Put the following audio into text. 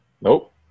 Nope